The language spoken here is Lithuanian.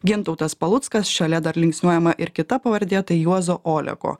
gintautas paluckas šalia dar linksniuojama ir kita pavardė tai juozo oleko